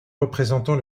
représentant